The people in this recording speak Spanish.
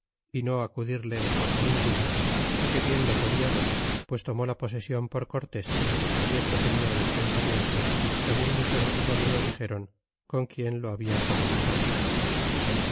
y no acudirle en cosa ninguna é que bien lo podia ver pues tomó la posesion por cortés y esto tenia en el pensamiento segun muchos de sus amigos dixéron con quien lo habia comunicado